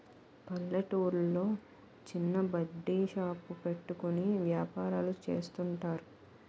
పల్లెటూర్లో చిన్న buddy shop పెట్టుకుని వ్యాపారాలు చేస్తుంటారు